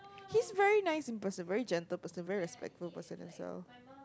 he's very nice in person very gentle person very respectful person himself